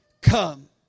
come